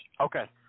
Okay